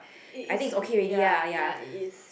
it it good ya ya it is